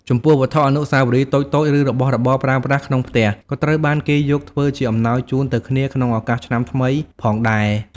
ចំពោះ វត្ថុអនុស្សាវរីយ៍តូចៗ ឬរបស់របរប្រើប្រាស់ក្នុងផ្ទះ ក៏ត្រូវបានគេយកធ្វើជាអំណោយជូនទៅគ្នាក្នុងឱកាសឆ្នាំថ្នីផងដែរ។